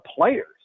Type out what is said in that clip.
players